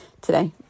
today